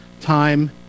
time